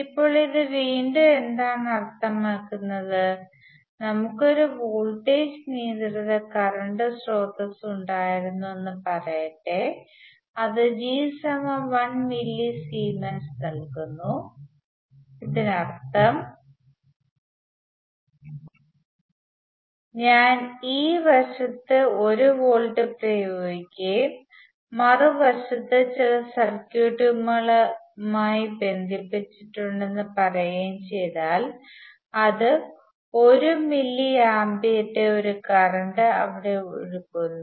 ഇപ്പോൾ ഇത് വീണ്ടും എന്താണ് അർത്ഥമാക്കുന്നത് നമുക്ക് ഒരു വോൾട്ടേജ് നിയന്ത്രിത കറന്റ് സ്രോതസ്സ് ഉണ്ടായിരുന്നുവെന്ന് പറയട്ടെ അത് G 1 മില്ലി സീമെൻസ് നൽകുന്നു ഇതിനർത്ഥം ഞാൻ ഈ വശത്ത് 1 വോൾട്ട് പ്രയോഗിക്കുകയും മറുവശത്ത് ചില സർക്യൂട്ടുകളുമായി ബന്ധിപ്പിച്ചിട്ടുണ്ടെന്ന് പറയുകയും ചെയ്താൽ അത് 1 മില്ലി ആമ്പിന്റെ ഒരു കറന്റ് അവിടെ ഒഴുകുന്നു